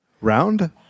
Round